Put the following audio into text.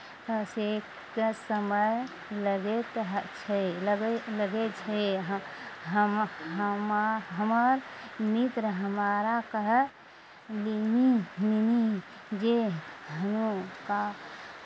कतेक समय लगैत ह छै लगै लगै छै हमर हमर हमर मित्र हमरा कहलनि लिनी जे हुनका